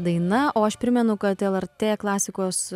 daina o aš primenu kad lrt klasikos